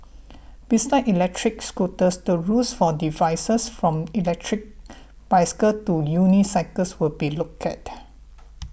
besides electric scooters the rules for devices from electric bicycles to unicycles will be looked at